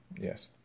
yes